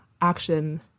action